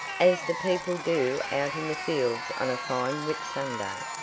as the people do out in the fields on a fine whitsunday.